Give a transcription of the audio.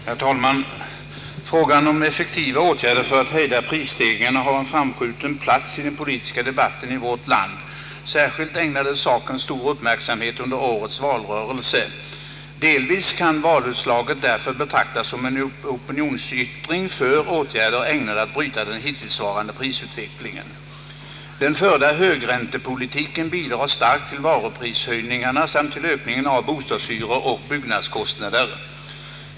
Herr talman! Frågan om effektivare åtgärder för att hejda prisstegringarna har en framskjuten plats i den politiska debatten i vårt land. Särskilt ägnades saken stor uppmärksamhet under årets valrörelse. Delvis kan valutslaget därför betraktas som en opinionsyttring för åtgärder ägnade att bryta den hittillsvarande prisutvecklingen. Den förda högräntepolitiken bidrar starkt till varuprishöjningarna samt till ökningen av bostadshyror och byggnadskostnader.